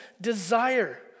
desire